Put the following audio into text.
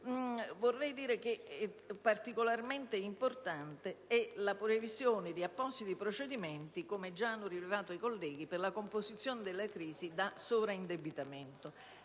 è particolarmente importante la previsione di appositi procedimenti, come già ricordato da alcuni colleghi, per la composizione della crisi da sovraindebitamento: